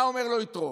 מה אומר לו יתרו?